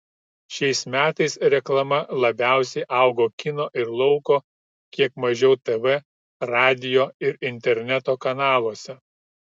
šiais metais reklama labiausiai augo kino ir lauko kiek mažiau tv radijo ir interneto kanaluose